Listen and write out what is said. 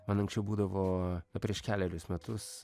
man anksčiau būdavo na prieš kelerius metus